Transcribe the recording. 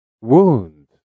Wound